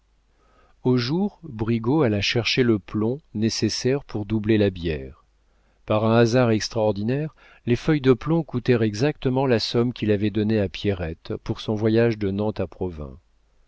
au jour brigaut alla chercher le plomb nécessaire pour doubler la bière par un hasard extraordinaire les feuilles de plomb coûtèrent exactement la somme qu'il avait donnée à pierrette pour son voyage de nantes